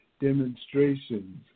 demonstrations